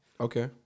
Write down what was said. Okay